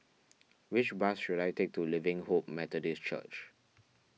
which bus should I take to Living Hope Methodist Church